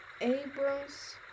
Abram's